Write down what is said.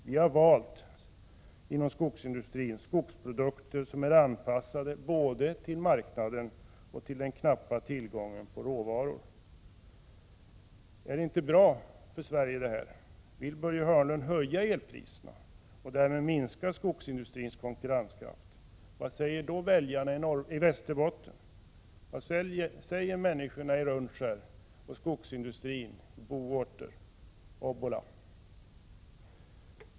Vi har valt skogsprodukter som är anpassade både till marknaden och till den knappa tillgången på råvaror. Är inte detta bra för Sverige? Vill Börje Hörnlund höja elpriserna och därmed minska skogsindustrins konkurrenskraft? Vad säger då väljarna i Västerbotten? Vad säger skogsindustrin och Bowater? Vad säger människor na i Rönnskär, Obbola osv.?